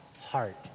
heart